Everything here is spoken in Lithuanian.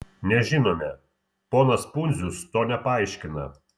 nežinome ponas pundzius to nepaaiškina